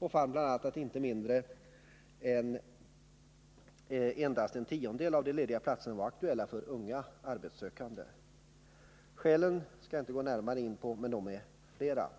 Man fann då bl.a. att endast en tiondel av de lediga platserna var aktuella för unga arbetssökande. Skälen skall jag inte gå närmare in på, men de är flera.